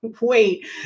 wait